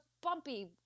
bumpy